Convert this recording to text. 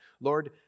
Lord